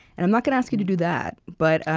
and i'm not gonna ask you to do that but